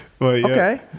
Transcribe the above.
Okay